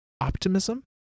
Optimism